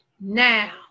now